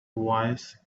wise